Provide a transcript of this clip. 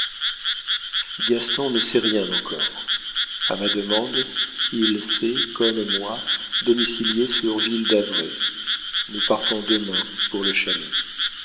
gaston ne sait rien encore a ma demande il s'est comme moi domicilié sur ville-d'avray nous partons demain pour le chalet